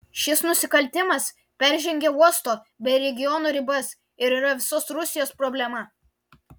šis nusikaltimas peržengia uosto bei regiono ribas ir yra visos rusijos problema